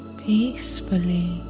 peacefully